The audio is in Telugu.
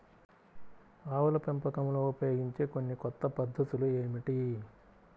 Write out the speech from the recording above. ఆవుల పెంపకంలో ఉపయోగించే కొన్ని కొత్త పద్ధతులు ఏమిటీ?